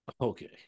Okay